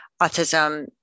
autism